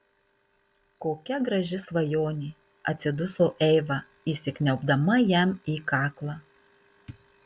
kokia graži svajonė atsiduso eiva įsikniaubdama jam į kaklą